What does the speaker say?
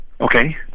Okay